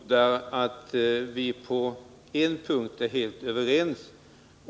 Herr talman! Jag förmodar att vi på en punkt är helt överens.